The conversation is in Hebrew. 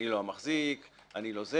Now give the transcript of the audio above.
אני לא המחזיק וכולי.